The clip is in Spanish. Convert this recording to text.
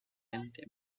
gente